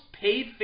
paid